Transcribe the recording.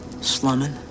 slumming